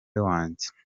nyawe